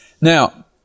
Now